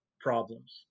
problems